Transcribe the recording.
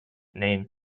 names